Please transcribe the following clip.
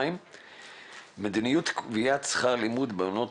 2. מדיניות קביעת שכר לימוד במעונות